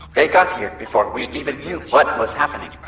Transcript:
they got here before we even knew what was happening.